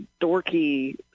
dorky